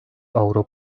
avro